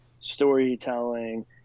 storytelling